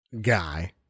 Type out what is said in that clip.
guy